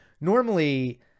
normally